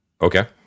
Okay